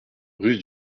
rue